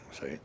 see